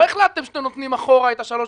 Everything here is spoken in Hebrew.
החלטתם שאתם נותנים אחורה את ה-3,500.